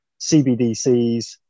CBDCs